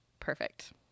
Perfect